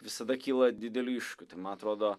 visada kyla didelių iššūkių tai man atrodo